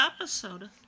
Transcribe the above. episode